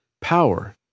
power